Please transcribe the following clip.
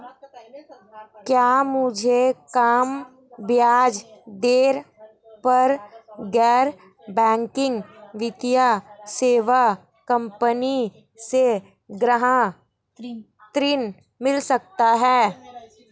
क्या मुझे कम ब्याज दर पर गैर बैंकिंग वित्तीय सेवा कंपनी से गृह ऋण मिल सकता है?